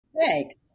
Thanks